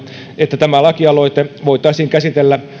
että tämä lakialoite voitaisiin käsitellä